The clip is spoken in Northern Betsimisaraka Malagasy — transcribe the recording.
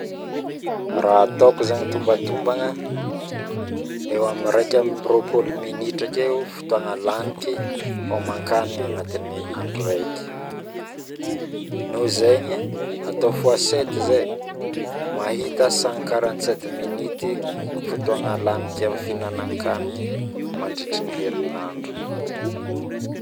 Raha ataoko zagny tombatombatombagna eo amin'ny raika amby roapolo minitra akeo fotoagna laniko agnatiny andro raiky, noho zaigny atao fois sept zay mahita cent quarante sept minity fotoagna laniky amin'ny finanankanigny mandritrin herinandro